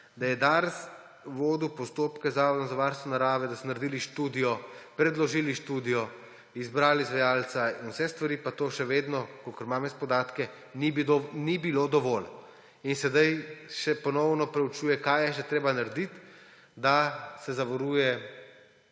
da je Dars vodil postopke z Zavodom za varstvo narave, da so naredili in predložili študijo, izbrali izvajalca in vse stvari; pa to še vedno, kot imam podatke, ni bilo dovolj. In zdaj se ponovno proučuje, kaj je še treba narediti, da se zavaruje